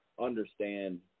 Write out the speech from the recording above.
understand